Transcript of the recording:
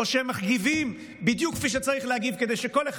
או שהם מגיבים בדיוק כפי שצריך להגיב כדי שכל אחד